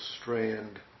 strand